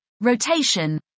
rotation